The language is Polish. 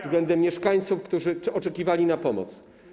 względem mieszkańców, którzy oczekiwali na pomoc.